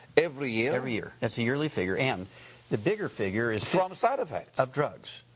every year? every year. that's a yearly figure, and the bigger figure is. from side effects. of drugs.